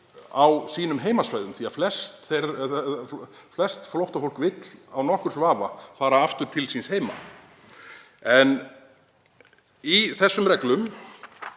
á sínum heimasvæðum því að flest flóttafólk vill án nokkurs vafa fara aftur til síns heima. Í viðmiðunarreglum